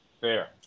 Fair